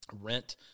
rent